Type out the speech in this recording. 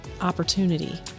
opportunity